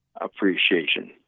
appreciation